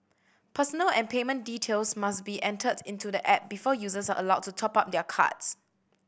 personal and payment details must be entered into the app before users are allowed to top up their cards